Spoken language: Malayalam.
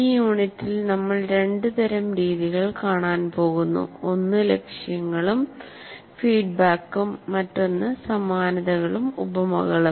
ഈ യൂണിറ്റിൽ നമ്മൾ രണ്ട് തരം രീതികൾ കാണാൻ പോകുന്നു ഒന്ന് ലക്ഷ്യങ്ങളും ഫീഡ്ബാക്കും മറ്റൊന്ന് സമാനതകളും ഉപമകളും